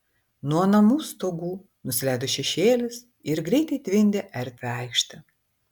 nuo namų stogų nusileido šešėlis ir greitai tvindė erdvią aikštę